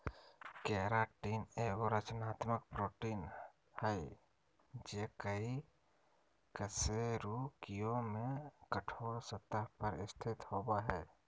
keratin एगो संरचनात्मक protein हइ जे कई कशेरुकियों में कठोर सतह पर स्थित होबो हइ